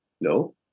no